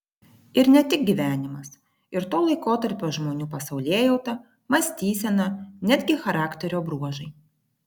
ir ne tik gyvenimas ir to laikotarpio žmonių pasaulėjauta mąstysena netgi charakterio bruožai